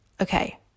Okay